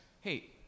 hey